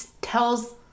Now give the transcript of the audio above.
tells